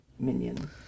Minion